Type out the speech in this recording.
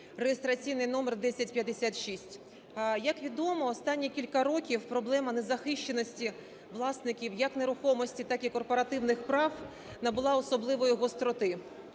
(реєстраційний номер 1056). Як відомо, останні кілька років проблема незахищеності власників як нерухомості, так і корпоративних прав набула особливої гостроти.